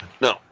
no